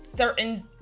certain